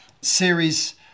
series